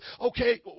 okay